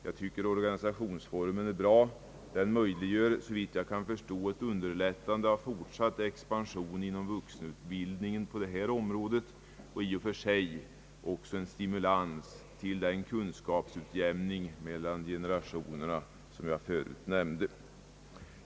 Jag tycker att organisationen är bra. Den möjliggör såvitt jag kan förstå ett underlättande av fortsatt expansion inom vuxenutbildningen på detta område och i och för sig också en stimulans för den kunskapsutjämning mellan generationerna som jag förut nämnde.